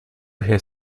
her